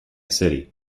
city